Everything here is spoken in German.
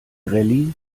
rallye